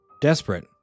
Desperate